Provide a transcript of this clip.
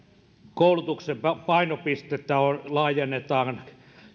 koulutuksen painopistettä laajennetaan